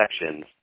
sections